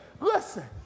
Listen